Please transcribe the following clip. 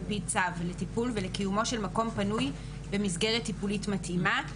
פי הצו לטיפול ולקיומו של מקום פנוי במסגרת טיפולית מתאימה לו,